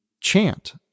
chant